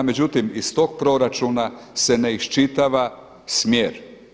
Međutim iz tog proračuna se ne iščitava smjer.